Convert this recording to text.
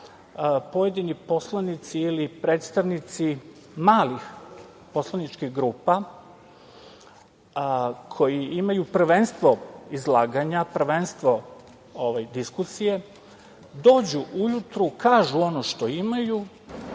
pojedini poslanici ili predstavnici malih poslaničkih grupa, koji imaju prvenstvo izlaganja, prvenstvo diskusije, dođu ujutru, kažu ono što imaju,